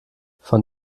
von